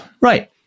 Right